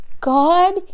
God